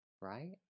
right